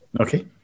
Okay